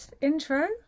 intro